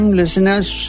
listeners